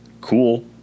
Cool